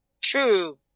true